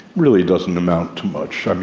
really doesn't amount to much.